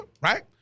right